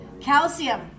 Calcium